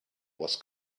was